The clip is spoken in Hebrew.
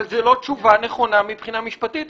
אבל זאת לא תשובה נכונה מבחינה משפטית.